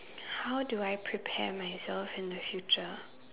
how do I prepare myself in the future